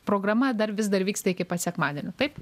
programa dar vis dar vyksta iki pat sekmadienio taip